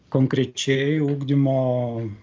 konkrečiai ugdymo